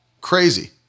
Crazy